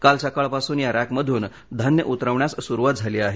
काल सकाळपासून या रॅकमधून धान्य उतरवण्यास सुरुवात झाली आहे